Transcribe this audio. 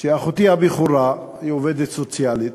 אחותי הבכורה היא עובדת סוציאלית.